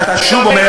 אתה שוב אומר,